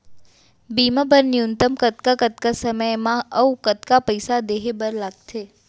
बीमा बर न्यूनतम कतका कतका समय मा अऊ कतका पइसा देहे बर लगथे